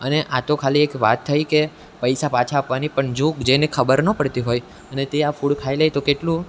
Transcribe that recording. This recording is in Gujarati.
અને આતો ખાલી એક વાત થઈ કે પૈસા પાછા આપવાની પણ જો જેને ખબર ના પડતી હોય અને તે આ ફૂડ ખાઈ લે તો કેટલું